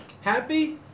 happy